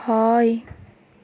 হয়